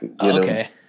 okay